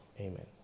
amen